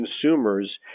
consumers